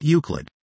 Euclid